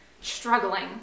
struggling